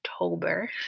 October